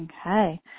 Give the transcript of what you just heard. okay